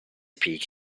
peek